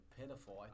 pitiful